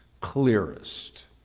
clearest